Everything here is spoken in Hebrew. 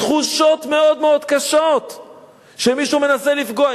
תחושות מאוד-מאוד קשות שמישהו מנסה לפגוע.